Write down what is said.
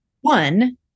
One